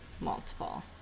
multiple